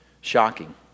shocking